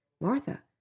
Martha